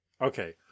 okay